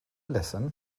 listen